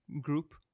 group